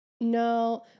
no